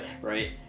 Right